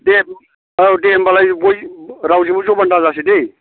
दे औ दे होनबालाय गय रावजोंबो जबान दाजासै दे